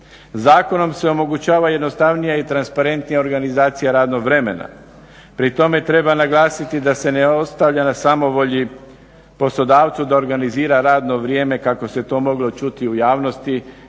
Zakonom se omogućava jednostavnija i transparentnija organizacija radnog vremena. Pri tome treba naglasiti da se ne ostavlja na samovolji poslodavcu da organizira radno vrijeme kako se to moglo čuti u javnosti